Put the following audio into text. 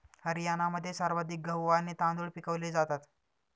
हरियाणामध्ये सर्वाधिक गहू आणि तांदूळ पिकवले जातात